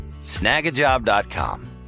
Snagajob.com